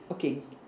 okay